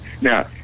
Now